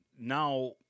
now